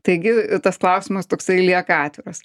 taigi tas klausimas toksai lieka atviras